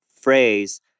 phrase